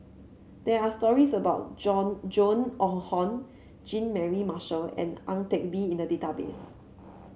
there are stories about Joan Joan or Hon Jean Mary Marshall and Ang Teck Bee in the database